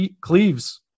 Cleve's